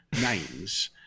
names